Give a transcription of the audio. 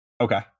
Okay